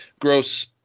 gross